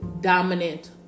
dominant